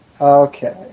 Okay